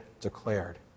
declared